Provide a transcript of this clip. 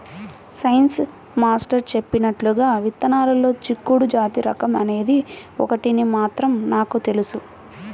science master చెప్పినట్లుగా విత్తనాల్లో చిక్కుడు జాతి రకం అనేది ఒకటని మాత్రం నాకు తెలుసు